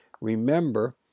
remember